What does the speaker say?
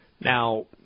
Now